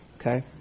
Okay